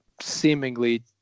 seemingly